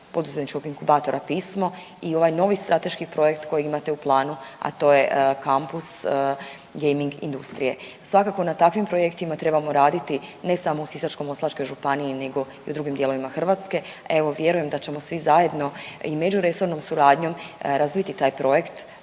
poduzetničkog inkubatora Pismo i ovaj novi strateški projekt koji imate u planu a to je kampus gaming industrije. Svakako na takvim projektima trebamo raditi ne samo u Sisačko-moslavačkoj županiji nego i u drugim dijelovima Hrvatske. Evo vjerujem da ćemo svi zajedno i međuresornom suradnjom razviti taj projekt